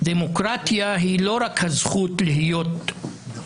דמוקרטיה היא לא רק הזכות להיות שווה,